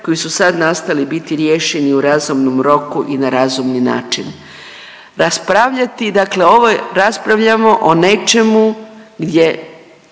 koji su sad nastali biti riješeni u razumnom roku i na razumni način. Raspravljati dakle ovo je raspravljamo o nečemu gdje